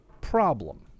problem